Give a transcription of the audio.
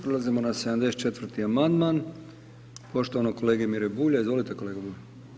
Prelazimo na 74 amandman poštovanog kolege Mire Bulja, izvolite kolega Bulj.